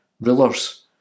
rulers